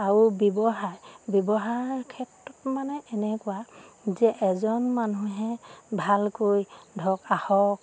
আৰু ব্যৱহাৰ ব্যৱহাৰৰ ক্ষেত্ৰত মানে এনেকুৱা যে এজন মানুহে ভালকৈ ধৰক আহক